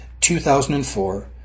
2004